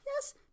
Yes